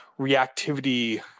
reactivity